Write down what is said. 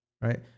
Right